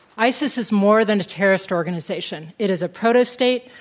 isis is more than a terrorist organization. it is a proto-state,